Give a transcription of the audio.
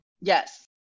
Yes